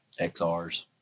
XRs